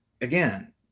again